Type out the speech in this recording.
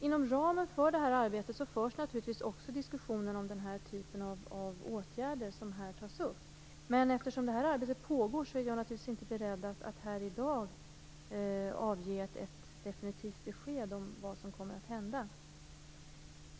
Inom ramen för detta arbete förs naturligtvis också diskussionen om den typ av åtgärder som här tas upp. Men eftersom det här arbetet pågår är jag naturligtvis inte beredd att här i dag avge ett definitivt besked om vad som kommer att hända.